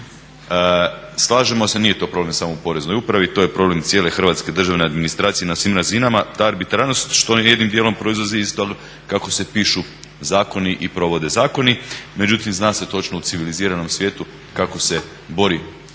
Slažemo se nije to problem samo u Poreznoj upravi, to je problem cijele hrvatske državne administracije na svim razinama, ta arbitražnost što jednim dijelom proizlazi isto kako se pišu zakoni i provode zakoni. Međutim, zna se točno u civiliziranom svijetu kako se bori